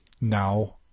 now